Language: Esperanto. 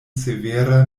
severa